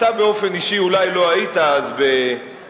אתה באופן אישי אולי לא היית אז בקדימה,